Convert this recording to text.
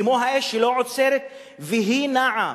כמו האש, שלא עוצרת והיא נעה